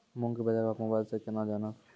मूंग के बाजार भाव मोबाइल से के ना जान ब?